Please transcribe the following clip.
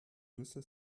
nüsse